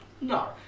No